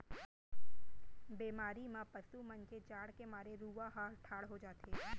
बेमारी म पसु मन के जाड़ के मारे रूआं ह ठाड़ हो जाथे